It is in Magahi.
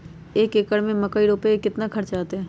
एक एकर में मकई रोपे में कितना खर्च अतै?